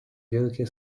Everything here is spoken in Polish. wielkie